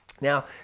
Now